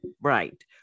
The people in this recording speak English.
right